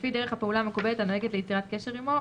לפי דרך הפעולה המקובלת הנוהגת ליצירת קשר עמו,